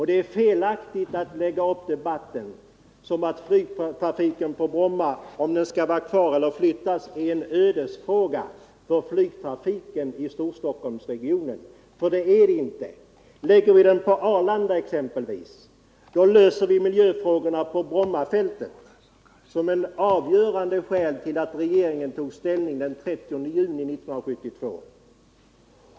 Det är felaktigt att lägga upp debatten så att frågan huruvida flyget skall vara kvar på Bromma eller flyttas blir en ödesfråga för flygtrafiken i Storstockholmsregionen för så är det inte. Flyttar vi den till exempelvis Arlanda löser vi miljöfrågorna på Brommafältet, vilket var det avgörande skälet till att regeringen tog ställning den 13 juni 1972.